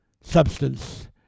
substance